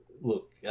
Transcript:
look